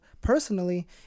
personally